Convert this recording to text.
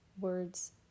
words